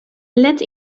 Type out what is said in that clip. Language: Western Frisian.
let